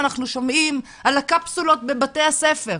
אנחנו שומעים על הקפסולות בבתי הספר,